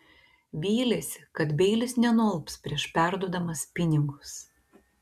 vylėsi kad beilis nenualps prieš perduodamas pinigus